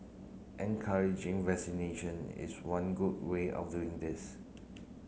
encouraging vaccination is one good way of doing this